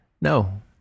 No